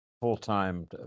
full-time